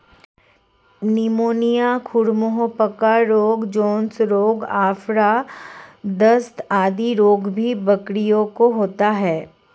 pneumonia, खुर मुँह पका रोग, जोन्स रोग, आफरा, दस्त आदि रोग भी बकरियों को होता है